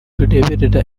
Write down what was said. rureberera